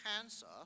cancer